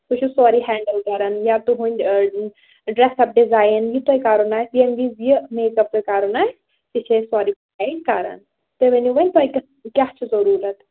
سُہ چھُ سورٕے ہینٛڈٕل کران یا تُہٕنٛدۍ ڈرٛٮ۪س اَپ ڈِزایِن یہِ تۄہہِ کَرُن آسہِ ییٚمہِ وِزِ یہِ میک اَپ تۄہہِ کَرُن آسہِ سُہ چھِ أسۍ سورٕے کران تُہۍ ؤنِو وۄنۍ تۄہہِ کیٛاہ چھِ ضٔروٗرَت